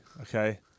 Okay